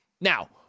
Now